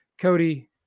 Cody